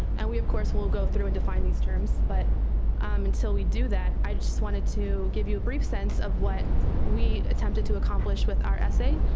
and we of course will go through and define these terms, but until we do that i just wanted to give you a brief sense of what we attempted to accomplish with our essay,